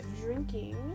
drinking